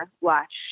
watch